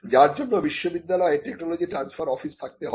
যার জন্য বিশ্ববিদ্যালয়ে টেকনোলজি ট্রানস্ফার অফিস থাকতে হবে